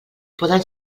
poden